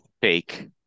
Fake